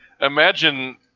imagine